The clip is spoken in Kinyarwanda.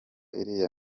iriya